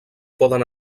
poden